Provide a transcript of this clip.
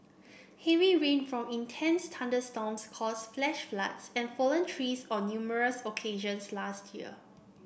heavy rain from intense thunderstorms caused flash floods and fallen trees on numerous occasions last year